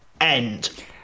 End